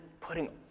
putting